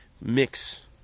mix